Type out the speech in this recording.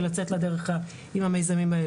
ולצאת לדרך עם המיזמים האלה.